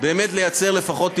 באמת לייצר לפחות,